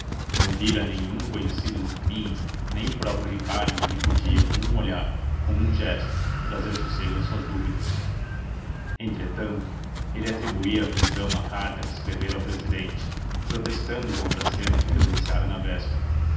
não vira nenhum conhecido no caminho nem o próprio ricardo que lhe podia com um olhar com um gesto trazer sossego às suas dúvidas entretanto ele atribuía a prisão à carta que escrevera ao presidente protestando contra a cena que presenciara na véspera